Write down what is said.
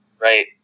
right